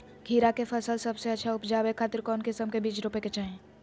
खीरा के फसल सबसे अच्छा उबजावे खातिर कौन किस्म के बीज रोपे के चाही?